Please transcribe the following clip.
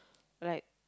like